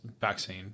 vaccine